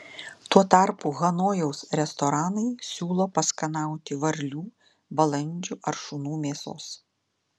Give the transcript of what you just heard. tuo tarpu hanojaus restoranai siūlo paskanauti varlių balandžių ar šunų mėsos